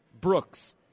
Brooks